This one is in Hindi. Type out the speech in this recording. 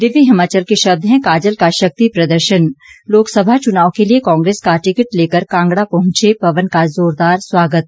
दिव्य हिमाचल के शब्द हैं काजल का शक्ति प्रदर्शन लोकसभा चुनाव के लिए कांग्रेस का टिकट लेकर कांगड़ा पहुंचे पवन का जोरदार स्वागत